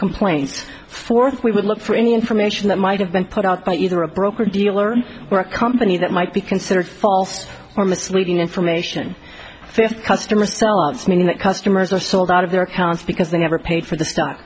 complaints fourth we would look for any information that might have been put out by either a broker dealer or a company that might be considered false or misleading information customer silence meaning that customers are sold out of their accounts because they never paid for the st